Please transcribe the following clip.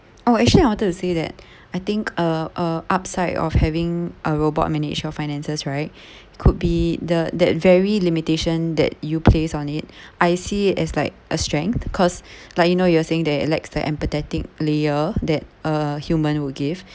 oh actually I wanted to say that I think uh uh upside of having a robot manage your finances right could be the that very limitation that you place on it I see as like a strength cause like you know you are saying that it lacks the empathetic layer that a human will give